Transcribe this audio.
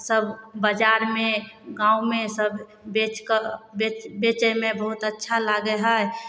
सब बजारमे गाँवमे सब बेचकऽ बेच बेचयमे बहुत अच्छा लागै है